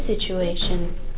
situation